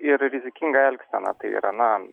ir rizikinga elgsena tai yra na